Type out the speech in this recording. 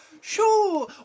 Sure